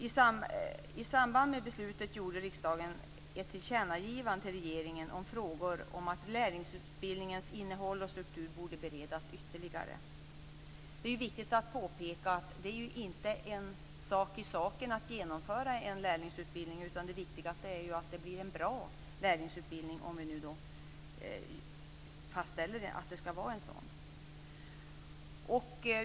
I samband med beslutet gjorde riksdagen ett tillkännagivande till regeringen om att frågor om lärlingsutbildningens innehåll och struktur borde beredas ytterligare. Det är viktigt att påpeka att det inte är en sak i saken att genomföra en lärlingsutbildning. Det viktigaste är ju att det blir en bra lärlingsutbildning om vi fastställer att det ska vara en sådan.